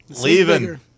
leaving